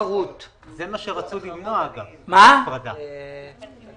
מה שרצו למנוע בהפרדה.